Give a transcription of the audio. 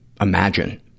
imagine